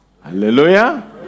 Hallelujah